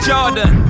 Jordan